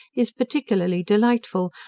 is particularly delightful,